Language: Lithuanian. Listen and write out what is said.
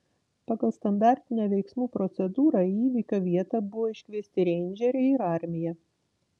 pagal standartinę veiksmų procedūrą į įvykio vietą buvo iškviesti reindžeriai ir armija